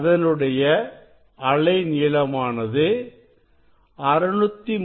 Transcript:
அதனுடைய அலை நீளமானது 632